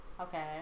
Okay